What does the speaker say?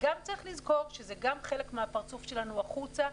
וגם צריך לזכור שזה גם חלק מהפרצוף שלנו החוצה,